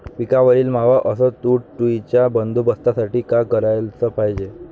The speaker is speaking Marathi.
पिकावरील मावा अस तुडतुड्याइच्या बंदोबस्तासाठी का कराच पायजे?